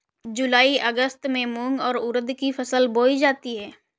जूलाई अगस्त में मूंग और उर्द की फसल बोई जाती है